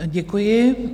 Děkuji.